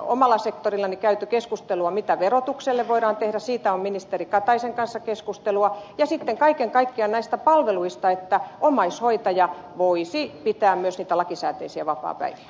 omalla sektorillani käyty keskustelua siitä mitä verotukselle voidaan tehdä siitä on ministeri kataisen kanssa keskusteltu ja kaiken kaikkiaan näistä palveluista että omaishoitaja voisi pitää myös niitä lakisääteisiä vapaapäiviä